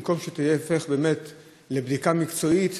במקום שתהיה באמת בדיקה מקצועית,